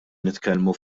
nitkellmu